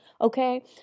okay